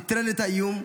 נטרל את האיום,